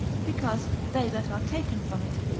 because they that are taken from it,